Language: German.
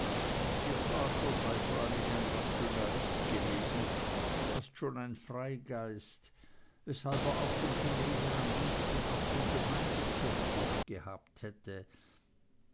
ihr vater sei freilich ein rationalist gewesen fast schon ein freigeist weshalb er auch den chinesen am liebsten auf dem gemeindekirchhof gehabt hätte